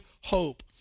hope